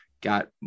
got